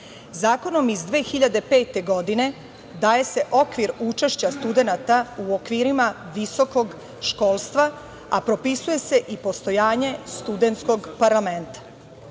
zemlji. Zakonom iz 2005. godine daje se okvir učešća studenata u okvirima visokog školstva, a propisuje se i postojanje studentskog parlamenta. Ustavni